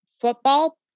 football